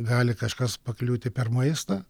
gali kažkas pakliūti per maistą